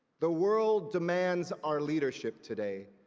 the world demands our leadership today,